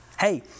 Hey